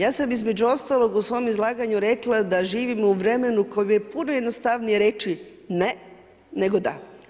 Ja sam između ostalog u svom izlaganju rekla da živimo u vremenu u kojem je puno jednostavnije reći ne, nego da.